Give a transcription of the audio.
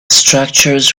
structures